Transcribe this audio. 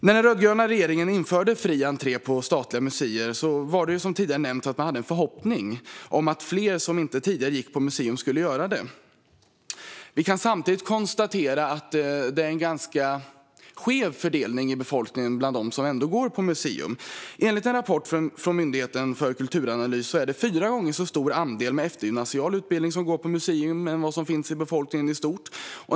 När den rödgröna regeringen införde fri entré på statliga museer var det som tidigare nämnts för att man hade en förhoppning om att fler som inte tidigare gått på museum skulle göra det. Vi kan samtidigt konstatera att det är en ganska skev fördelning i befolkningen bland dem som ändå går på museum. Enligt en rapport från Myndigheten för kulturanalys är det fyra gånger så stor andel personer med eftergymnasial utbildning bland dem som går på museum som bland befolkningen i stort.